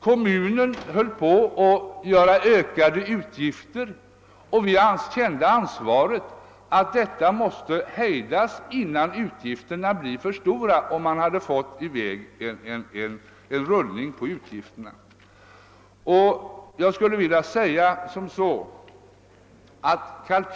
Kommunen höll också på att ikläda sig ökade utgifter, och vi kände oss förpliktade att hejda detta innan utgifterna blivit alltför stora. Kalkylen kommer att ytterligare penetreras.